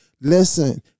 Listen